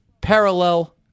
parallel